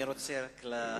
אני רק רוצה לציין משהו.